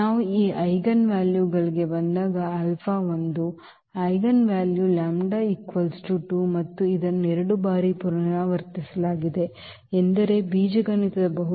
ನಾವು ಈ ಐಜೆನ್ ವ್ಯಾಲ್ಯೂಗಳಿಗೆ ಬಂದಾಗ λ ಒಂದು ಐಜೆನ್ ವ್ಯಾಲ್ಯೂ λ 2 ಮತ್ತು ಇದನ್ನು 2 ಬಾರಿ ಪುನರಾವರ್ತಿಸಲಾಗಿದೆ ಎಂದರೆ ಈ ಬೀಜಗಣಿತದ ಬಹುಸಂಖ್ಯೆಯ ಅರ್ಥ λ 2